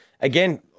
again